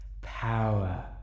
Power